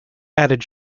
added